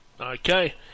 Okay